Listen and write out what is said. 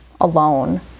alone